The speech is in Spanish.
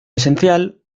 esencial